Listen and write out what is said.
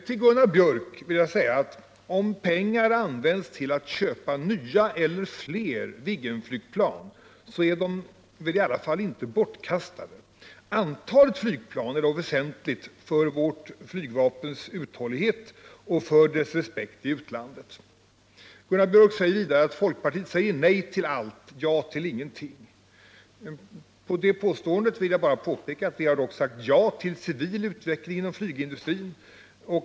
Till Gunnar Björk i Gävle vill jag säga att om pengar används till att köpa nya eller fler Viggenflygplan, är de väl i alla fall inte bortkastade. Antalet flygplan är något väsentligt för vårt flygvapens uthållighet och för dess anseende i utlandet. Gunnar Björk påstår att folkpartiet säger nej till allt, ja till ingenting. Med anledning av det påståendet vill jag bara påpeka att vi sagt ja till civil utveckling inom flygindustrin.